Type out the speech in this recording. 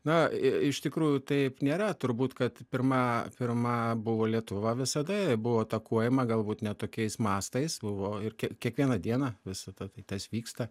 na iš tikrųjų taip nėra turbūt kad pirma pirma buvo lietuva visada buvo atakuojama galbūt ne tokiais mastais buvo ir kiekvieną dieną visa tai tas vyksta